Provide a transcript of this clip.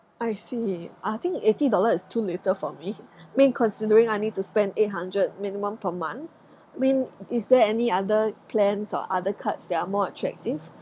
I see uh I think eighty dollar is too little for me I mean considering I need to spend eight hundred minimum per month I mean is there any other plans or other cards that are more attractive